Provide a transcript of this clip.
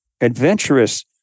adventurous